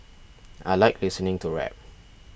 I like listening to rap